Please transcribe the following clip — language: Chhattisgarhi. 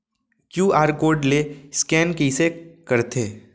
क्यू.आर कोड ले स्कैन कइसे करथे?